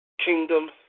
Kingdom